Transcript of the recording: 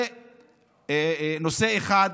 זה נושא אחד.